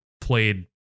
played